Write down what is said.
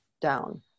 down